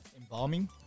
Embalming